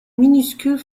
minuscules